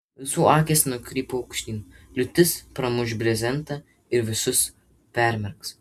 visų akys nukrypo aukštyn liūtis pramuš brezentą ir visus permerks